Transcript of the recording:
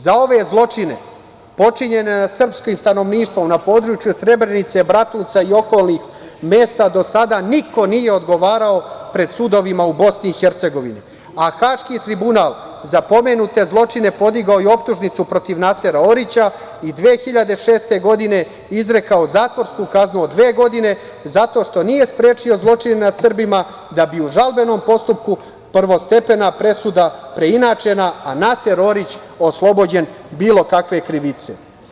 Za ove zločine počinjene na srpskim stanovništvom na području Srebrenice, Bratunca i okolnih mesta do sada niko nije odgovarao pred sudovima u BiH, a Haški tribunal za pomenute zločine podigao je optužnicu protiv Nasera Orića i 2006. godine izrekao zatvorsku kaznu od dve godine zato što nije sprečio zločine nad Srbima, da bi u žalbenom postupku prvostepena presuda preinačena, a Naser Orić oslobođen bilo kakve krivice.